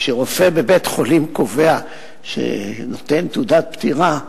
כשרופא בבית-חולים קובע ונותן תעודת פטירה,